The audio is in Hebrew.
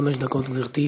חמש דקות, גברתי.